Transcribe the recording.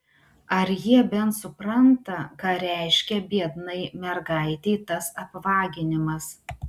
ar jie bent supranta ką reiškia biednai mergaitei tas apvaginimas